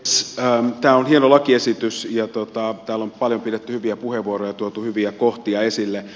tämä on hieno lakiesitys ja täällä on paljon pidetty hyviä puheenvuoroja ja tuotu hyviä kohtia esille